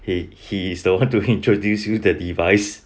he he is the one to introduce you the device